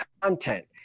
content